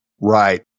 Right